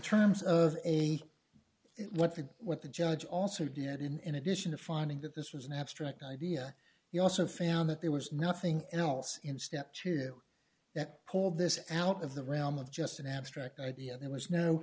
terms of what the what the judge also did in addition to finding that this was an abstract idea he also found that there was nothing else in step to hold this out of the realm of just an abstract idea there was no